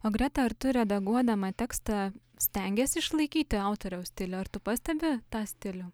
o greta ar tu redaguodama tekstą stengiasi išlaikyti autoriaus stilių ar tu pastebi tą stilių